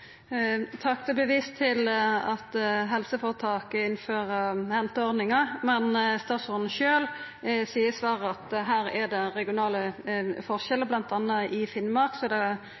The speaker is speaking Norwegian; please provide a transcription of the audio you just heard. til at helseføretaka innfører henteordningar, men statsråden sjølv seier i svaret at her er det regionale forskjellar, bl.a. i Finnmark er det